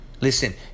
Listen